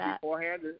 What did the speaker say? beforehand